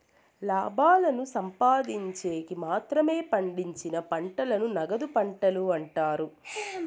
లాభాలను సంపాదిన్చేకి మాత్రమే పండించిన పంటలను నగదు పంటలు అంటారు